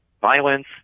violence